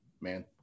man